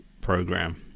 program